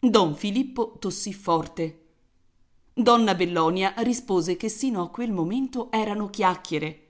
don filippo tossì forte donna bellonia rispose che sino a quel momento erano chiacchiere